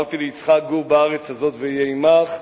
אמרתי ליצחק: "גור בארץ הזאת ואהיה עמך",